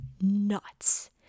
nuts